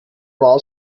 war